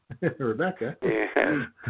Rebecca